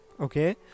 okay